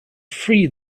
free